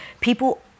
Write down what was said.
people